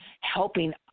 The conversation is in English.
helping